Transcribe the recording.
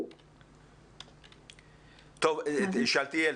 איזשהו --- שאלתיאל,